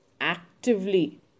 actively